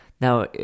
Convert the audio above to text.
Now